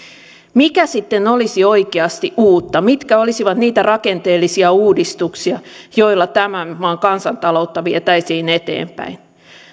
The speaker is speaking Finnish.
mikä sitten olisi oikeasti uutta mitkä olisivat niitä rakenteellisia uudistuksia joilla tämän maan kansantaloutta vietäisiin eteenpäin